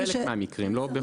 בחלק מהמקרים, לא בכולם.